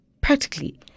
Practically